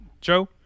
Joe